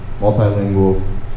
multilingual